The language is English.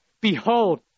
Behold